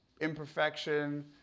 imperfection